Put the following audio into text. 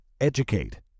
educate